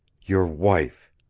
your wife.